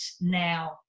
now